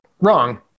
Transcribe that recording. wrong